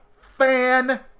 fan